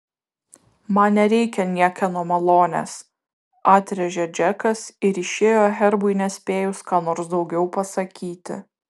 man nereikia niekieno malonės atrėžė džekas ir išėjo herbui nespėjus ką nors daugiau pasakyti